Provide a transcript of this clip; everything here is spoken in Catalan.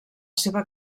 seva